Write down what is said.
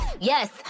Yes